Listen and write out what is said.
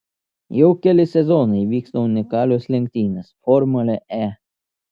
jau keli sezonai vyksta unikalios lenktynės formulė e